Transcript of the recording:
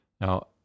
now